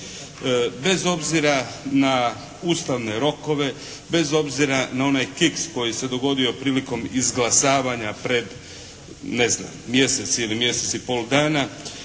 Bez obzira na ustavne rokove, bez obzira na onaj kiks koji se dogodio prilikom izglasavanje pred ne znam mjesec ili mjesec i pol dana.